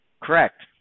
Correct